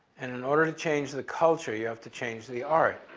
and in order to change the culture, you have to change the art.